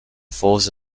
falls